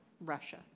Russia